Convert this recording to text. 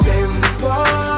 Simple